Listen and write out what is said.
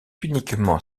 uniquement